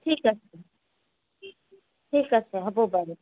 ঠিক আছে ঠিক আছে হ'ব বাৰু